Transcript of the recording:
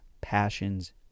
passions